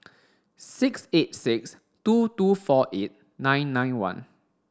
six eight six two two four eight nine nine one